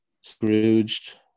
Scrooged